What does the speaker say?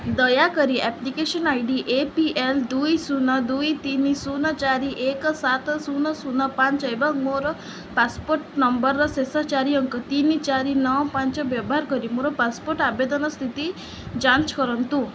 ଦୟାକରି application I D A P L ଦୁଇ ଶୂନ ଦୁଇ ତିନି ଶୂନ ଚାରି ଏକ ସାତ ଶୂନ ଶୂନ ପାଞ୍ଚ ଏବଂ ମୋର ପାସପୋର୍ଟ ନମ୍ବରର ଶେଷ ଚାରି ଅଙ୍କ ତିନି ଚାରି ନଅ ପାଞ୍ଚ ବ୍ୟବହାର କରି ମୋର ପାସପୋର୍ଟ ଆବେଦନ ସ୍ଥିତି ଯାଞ୍ଚ କରନ୍ତୁ